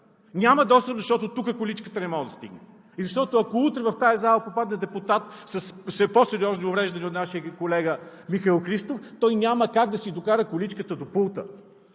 Няма достъп, защото дотук количката не може да стигне и защото, ако утре в тази зала попадне депутат с по-сериозни увреждания от нашия колега Михаил Христов, той няма как да си докара количката до пулта.